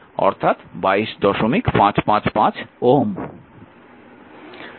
অর্থাৎ 22555 Ω